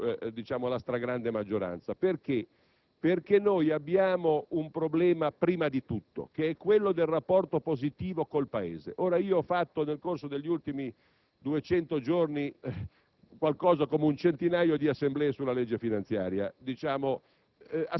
Di tutto ciò devono occuparsi le persone serie che lavorano qua dentro e che sono la stragrande maggioranza, perché noi abbiamo un problema prima di tutto, che è quello del rapporto positivo con il Paese. Ho fatto nel corso degli ultimi 200 giorni